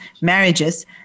marriages